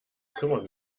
kümmern